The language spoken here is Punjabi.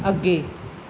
ਅੱਗੇ